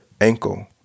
ankle